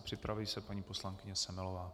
Připraví se paní poslankyně Semelová.